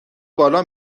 بالا